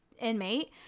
inmate